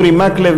אורי מקלב,